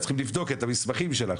אבל צריך לבדוק את המסמכים שלה.